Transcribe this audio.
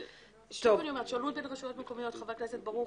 שוב אני אומרת, חבר הכנסת ברוכי,